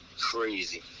crazy